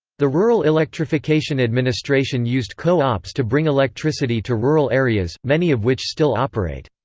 the rural electrification administration used co-ops to bring electricity to rural areas, many of which still operate.